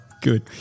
Good